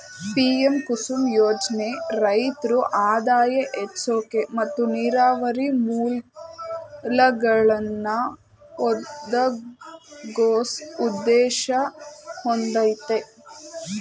PM Kusum ಯೋಜ್ನೆ ರೈತ್ರ ಆದಾಯ ಹೆಚ್ಸೋಕೆ ಮತ್ತು ನೀರಾವರಿ ಮೂಲ್ಗಳನ್ನಾ ಒದಗ್ಸೋ ಉದ್ದೇಶ ಹೊಂದಯ್ತೆ